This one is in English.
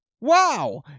Wow